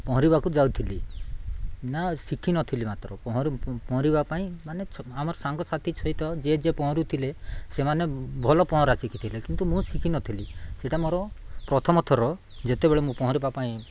ପହଁରିବାକୁ ଯାଉଥିଲି ନା ଶିଖିନଥିଲି ମାତ୍ର ପହଁରିବା ପାଇଁ ମାନେ ଆମର ସାଙ୍ଗସାଥି ସହିତ ଯିଏ ଯିଏ ପହଁରୁଥିଲେ ସେମାନେ ଭଲ ପହଁରା ଶିଖିଥିଲେ କିନ୍ତୁ ମୁଁ ଶିଖିନଥିଲି ସେଇଟା ମୋର ପ୍ରଥମଥର ଯେତେବେଳେ ମୁଁ ପହଁରିବା ପାଇଁ